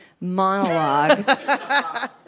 monologue